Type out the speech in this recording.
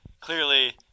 Clearly